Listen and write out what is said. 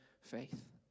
faith